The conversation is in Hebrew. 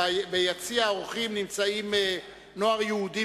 ביציע האורחים נמצאים בני נוער יהודים